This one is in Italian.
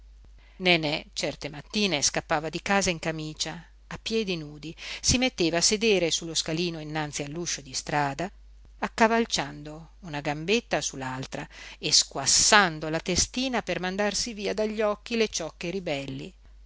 nenè certe mattine scappava di casa in camicia a piedi nudi si metteva a sedere su lo scalino innanzi all'uscio di strada accavalciando una gambetta su l'altra e squassando la testina per mandarsi via dagli occhi le ciocche ribelli